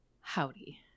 Howdy